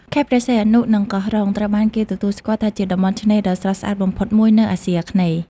ខេត្តព្រះសីហនុ និងកោះរ៉ុង ត្រូវបានគេទទួលស្គាល់ថាជាតំបន់ឆ្នេរដ៏ស្រស់ស្អាតបំផុតមួយនៅអាស៊ីអាគ្នេយ៍។